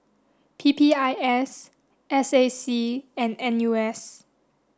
P P I S S A C and N U S